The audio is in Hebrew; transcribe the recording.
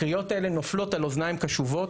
הקריאות האלה נופלות על אוזניים קשובות.